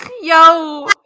yo